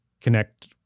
connect